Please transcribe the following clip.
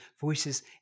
voices